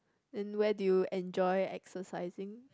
then where do you enjoy exercising